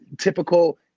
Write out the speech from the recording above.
typical